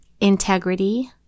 integrity